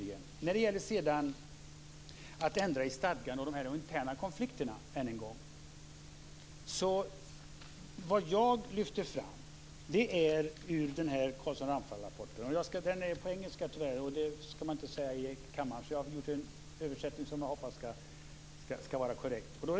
Sedan var det frågan om att ändra i stadgan och de interna konflikterna. Jag vill lyfta fram följande ur Carlsson-Ramphal-rapporten. Den är på engelska, så jag har gjort en översättning som jag hoppas är korrekt.